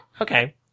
Okay